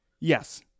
yes